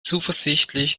zuversichtlich